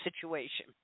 situation